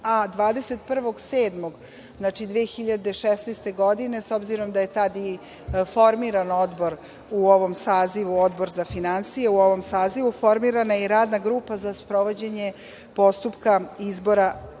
a 21. jula 2016. godine, s obzirom da je tada i formiran Odbor u ovom sazivu, Odbor za finansije. U ovom sazivu formirana je i Radna grupa za sprovođenje postupka izbora